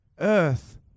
Earth